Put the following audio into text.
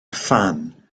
phan